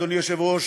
אדוני היושב-ראש,